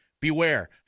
Beware